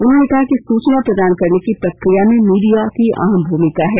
उन्होंने कहा कि सूचना प्रदान करने की प्रक्रिया में मीडिया की अहम भूमिका है